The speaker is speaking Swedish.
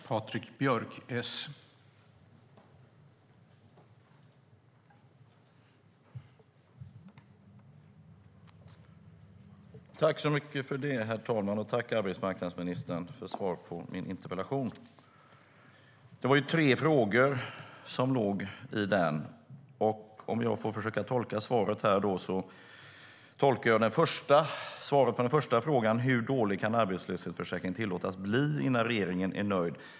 Herr talman! Jag tackar arbetsmarknadsministern för svaret på min interpellation. Jag ställde tre frågor i interpellationen, och jag ska försöka tolka svaren på dem. Den första frågan var: Hur dålig kan arbetslöshetsförsäkringen tillåtas bli innan regeringen är nöjd?